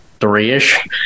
three-ish